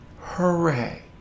Hooray